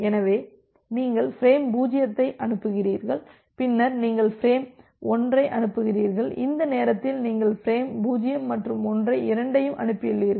எனவே நீங்கள் பிரேம் 0 ஐ அனுப்புகிறீர்கள் பின்னர் நீங்கள் பிரேம் 1 ஐ அனுப்புகிறீர்கள் இந்த நேரத்தில் நீங்கள் ஃபிரேம் 0 மற்றும் 1 ஐ இரண்டையும் அனுப்பியுள்ளீர்கள்